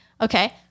Okay